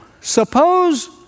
Suppose